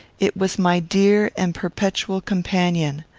it was my dear and perpetual companion.